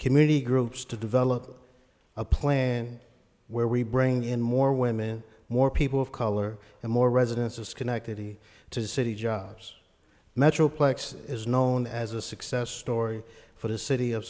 community groups to develop a plan where we bring in more women more people of color and more residents of schenectady to city jobs metroplex is known as a success story for the city of